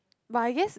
but I guess